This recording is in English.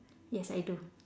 yes I do